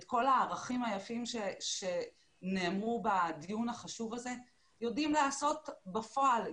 את כל הערכים היפים שנאמרו בדיון החשוב הזה יודעים לעשות בפועל,